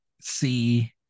C-